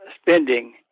spending